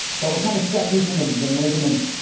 but we're kind of stuck using the the measurements.